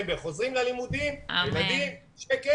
חוזרים ללימודים ותרבות.